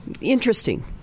interesting